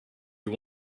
you